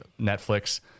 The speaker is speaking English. Netflix